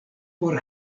por